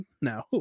No